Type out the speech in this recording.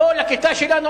תבוא לכיתה שלנו.